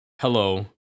hello